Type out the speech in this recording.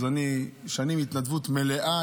הייתי שם שנים בהתנדבות מלאה,